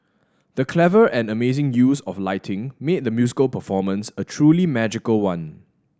the clever and amazing use of lighting made the musical performance a truly magical one